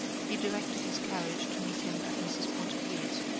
he directed his carriage to meet him at mrs. pontellier's,